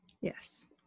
Yes